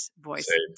voice